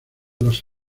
los